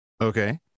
Okay